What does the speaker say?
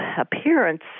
appearance